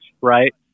right